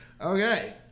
Okay